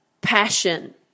passion